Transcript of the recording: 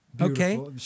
okay